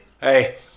Hey